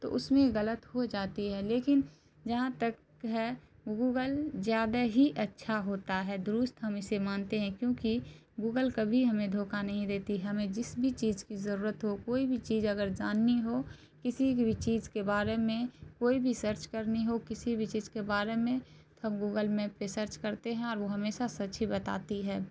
تو اس میں غلط ہو جاتی ہے لیکن جہاں تک ہے گوگل زیادہ ہی اچھا ہوتا ہے درست ہم اسے مانتے ہیں کیوںکہ گوگل کبھی ہمیں دھوکہ نہیں دیتی ہمیں جس بھی چیز کی ضرورت ہو کوئی بھی چیز اگر جاننی ہو کسی بھی چیز کے بارے میں کوئی بھی سرچ کرنی ہو کسی بھی چیز کے بارے میں تو ہم گوگل میپ پہ سرچ کرتے ہیں اور وہ ہمیشہ سچ ہی بتاتی ہے